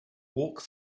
walk